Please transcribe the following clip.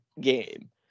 game